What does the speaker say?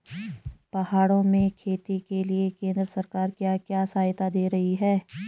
पहाड़ों में खेती के लिए केंद्र सरकार क्या क्या सहायता दें रही है?